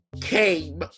came